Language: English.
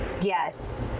Yes